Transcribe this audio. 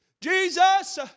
Jesus